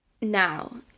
Now